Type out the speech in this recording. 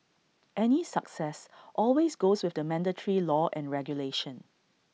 any success always goes with the mandatory law and regulation